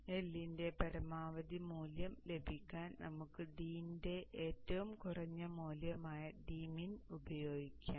അതിനാൽ L ന്റെ പരമാവധി മൂല്യം ലഭിക്കാൻ നമുക്ക് d ന്റെ ഏറ്റവും കുറഞ്ഞ മൂല്യമായ d മിനിറ്റ് ഉപയോഗിക്കാം